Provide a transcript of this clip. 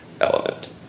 element